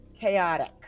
chaotic